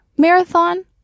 Marathon